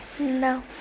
No